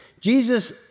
Jesus